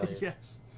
Yes